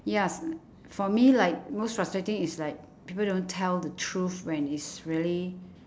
ya is l~ for me like most frustrating is like people don't tell the truth when it's really